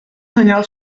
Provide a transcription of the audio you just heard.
senyal